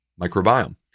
microbiome